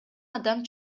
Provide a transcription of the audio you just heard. адам